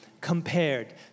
compared